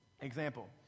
example